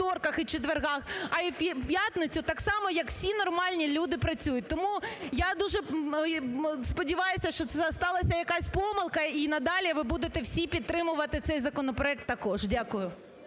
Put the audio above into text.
а і в п'ятницю так само, як всі нормальні люди працюють. Тому я дуже сподіваюся, що це сталась якась помилка і надалі ви будете всі підтримувати цей законопроект також. Дякую.